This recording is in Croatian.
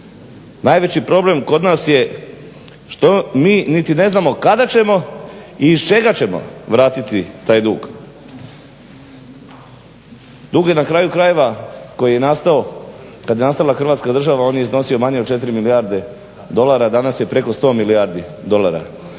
Najveći problem kod nas je što mi niti ne znamo kada ćemo i iz čega ćemo vratiti taj dug. Dug je na kraju krajeva koji je nastao kad je nastala Hrvatska država on je iznosio manje od 4 milijarde dolara. Danas je preko 100 milijardi dolara.